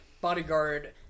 bodyguard